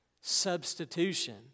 substitution